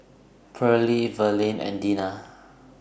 Perley Verlene and Dina